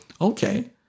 okay